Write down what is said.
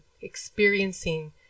experiencing